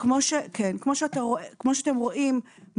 כמו שאתם רואים,